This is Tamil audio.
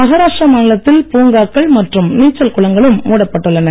மஹாராஷ்டிர மாநிலத்தில் பூங்காக்கள் மற்றும் நீச்சல் குளங்களும் மூடப்பட்டுள்ளன